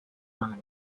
manor